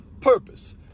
purpose